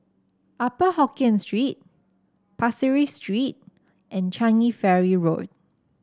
Upper Hokkien Street Pasir Ris Street and Changi Ferry Road